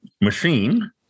machine